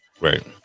Right